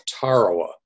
Tarawa